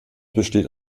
besteht